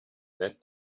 that